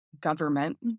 government